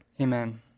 Amen